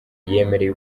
yemereye